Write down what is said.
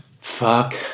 Fuck